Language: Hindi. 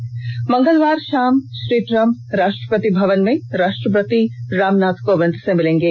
वहीं मंगलवार शाम श्री ट्रम्प राष्ट्रपति भवन में राष्ट्रपति रामनाथ कोविंद से मिलेंगे